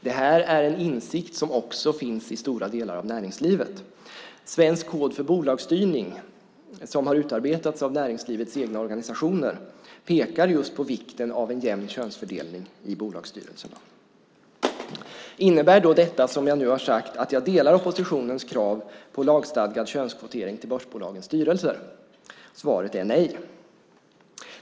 Det är en insikt som också finns i stora delar av näringslivet. Svensk kod för bolagsstyrning som har utarbetats av näringslivets egna organisationer pekar just på vikten av en jämn könsfördelning i bolagsstyrelserna. Innebär då detta som jag nu har sagt att jag delar oppositionens krav på lagstadgad könskvotering till börsbolagens styrelser? Svaret är nej.